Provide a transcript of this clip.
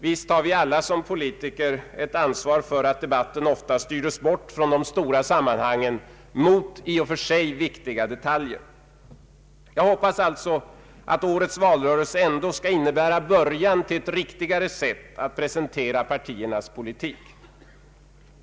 Visst har vi alla som politiker ett ansvar för att debatten ofta styrdes bort från de stora sammanhangen mot i och för sig viktiga detaljer. Jag hoppas alltså att årets valrörelse ändå skall innebära början till ett riktigare sätt att presentera partiernas politik.